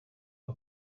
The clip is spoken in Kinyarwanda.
kwa